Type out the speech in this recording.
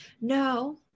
no